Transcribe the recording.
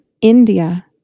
India